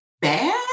bad